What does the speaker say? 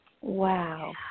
Wow